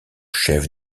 chef